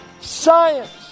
Science